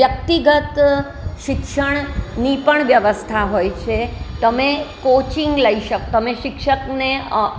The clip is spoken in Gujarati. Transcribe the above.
વ્યક્તિગત શિક્ષણની પણ વ્યવસ્થા હોય છે તમે કોચિંગ લઈ શકો તમે શિક્ષકને